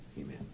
Amen